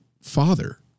father